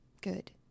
Good